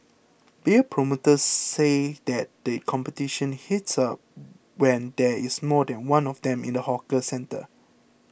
beer promoters say that the competition heats up when there is more than one of them in the hawker centre